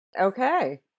Okay